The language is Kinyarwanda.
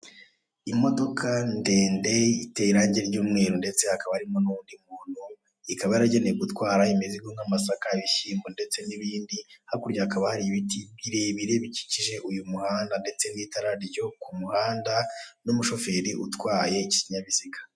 Imodoka ndende iteye irangi ry'umweru ndetse hakaba harimo n'uwundi muntu, ikaba yaragenewe gutwara imizigo nk'amasaka, ibishyimbo ndetse n'ibindi, hakurya hakaba hari ibiti birebire bikikije uyu muhanda ndetse n'itara ryo ku muhanda n'umushoferi utwaye iki kinyabiziga.